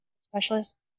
specialist